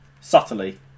subtly